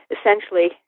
essentially